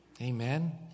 Amen